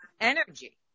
energy